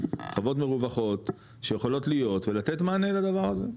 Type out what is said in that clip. חוות מרווחות שיכולות להיות ולתת מענה לדבר הזה,